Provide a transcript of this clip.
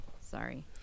sorry